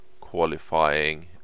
qualifying